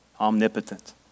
omnipotent